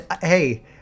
hey